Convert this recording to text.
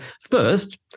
first